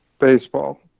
Baseball